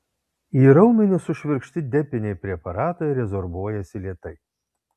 į raumenis sušvirkšti depiniai preparatai rezorbuojasi lėtai